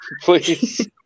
Please